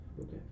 Okay